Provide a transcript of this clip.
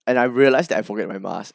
and I realized that I forget my mask